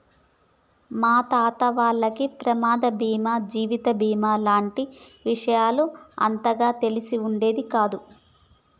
మా తాత వాళ్లకి ప్రమాద బీమా జీవిత బీమా లాంటి విషయాలు అంతగా తెలిసి ఉండేది కాదు